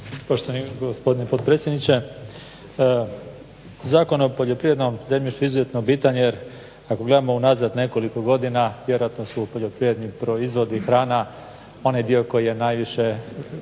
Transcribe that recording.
Poštovani gospodine potpredsjedniče. Zakon o poljoprivrednom zemljištu je izuzetno bitan jer ako gledamo unazad nekoliko godina vjerojatno su poljoprivredni proizvodi i hrana onaj dio koji je najviše